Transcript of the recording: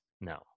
No